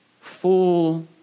full